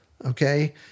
okay